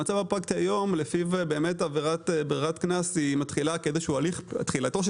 המצב הפרקטי היום לפיו עבירת ברירת קנס מתחילה כאיזשהו תחילתו של